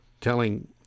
telling